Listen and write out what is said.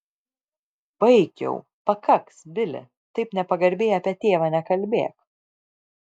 baik jau pakaks bili taip nepagarbiai apie tėvą nekalbėk